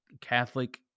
Catholic